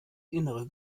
innere